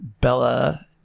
Bella